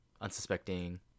Unsuspecting